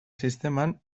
sisteman